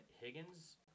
Higgins